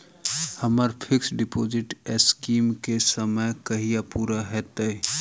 हम्मर fix deposit scheme केँ समय कहिया पूरा हैत?